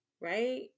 right